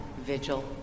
vigil